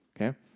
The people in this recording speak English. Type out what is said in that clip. Okay